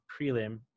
prelim